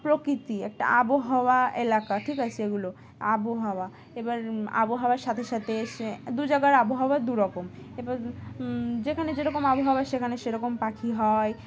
প্রকৃতি একটা আবহাওয়া এলাকা ঠিক আছে এগুলো আবহাওয়া এবার আবহাওয়ার সাথে সাথে এসে দু জায়গার আবহাওয়া দু রকম এবার যেখানে যেরকম আবহাওয়া সেখানে সেরকম পাখি হয়